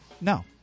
No